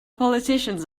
politicians